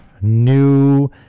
new